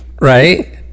Right